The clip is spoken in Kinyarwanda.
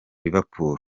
liverpool